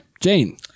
Jane